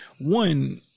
one